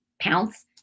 pounce